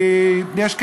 כי יש כאלה,